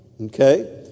Okay